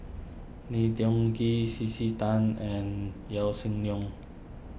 Lim Tiong Ghee C C Tan and Yaw Shin Leong